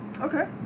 Okay